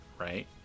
right